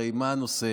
הרי מה הנושא?